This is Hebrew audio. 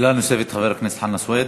שאלה נוספת לחבר הכנסת חנא סוייד.